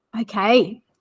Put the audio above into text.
okay